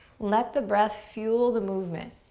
let the breath fuel the movement.